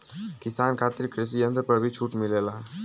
किसान खातिर कृषि यंत्र पर भी छूट मिलेला?